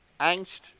angst